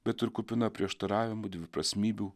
bet ir kupina prieštaravimų dviprasmybių